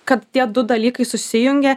kad tie du dalykai susijungia